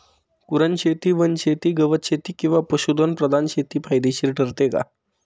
कुरणशेती, वनशेती, गवतशेती किंवा पशुधन प्रधान शेती फायदेशीर ठरते का?